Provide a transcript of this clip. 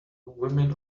women